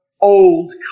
Old